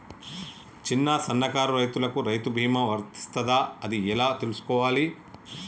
చిన్న సన్నకారు రైతులకు రైతు బీమా వర్తిస్తదా అది ఎలా తెలుసుకోవాలి?